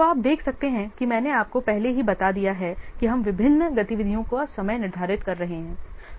तो आप देख सकते हैं कि मैंने आपको पहले ही बता दिया है कि हम अब विभिन्न गतिविधियों का समय निर्धारित कर रहे हैं